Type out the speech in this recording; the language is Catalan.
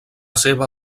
seva